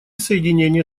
соединение